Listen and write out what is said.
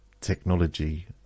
technology